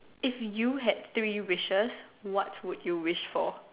if you had three wishes what would you wish for